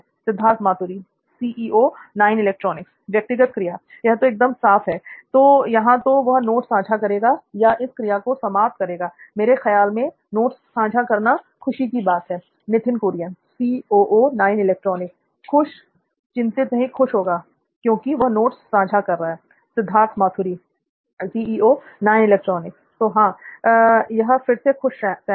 सिद्धार्थ मातुरी व्यक्तिगत क्रिया यह तो एकदम साफ़ हैl तो या तो वो नोट्स सांझा करेगा या इस क्रिया को समाप्त करेगाl मेरे ख्याल मे नोट्स सांझा करना ख़ुशी की बात होगीl नित्थिन कुरियन खुश निश्चित ही खुश होगा क्यूंकि वो नोट्स सांझा कर रहा हैl सिद्धार्थ मातुरी तो हां यह फिर से खुश सैम है